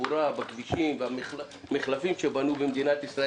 בכבישים, במחלפים שבנו במדינת ישראל.